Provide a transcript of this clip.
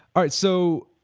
right, so